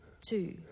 two